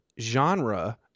genre